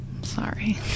Sorry